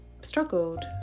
struggled